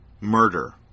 murder